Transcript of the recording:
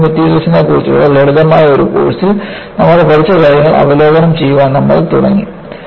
strength of മെറ്റീരിയൽസ്നെക്കുറിച്ചുള്ള ലളിതമായ ഒരു കോഴ്സിൽ നമ്മൾ പഠിച്ച കാര്യങ്ങൾ അവലോകനം ചെയ്യാൻ നമ്മൾ തുടങ്ങി